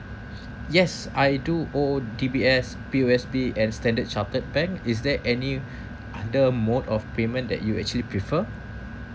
yes I do hold D_B_S P_O_S_B and standard chartered bank is there any other mode of payment that you actually prefer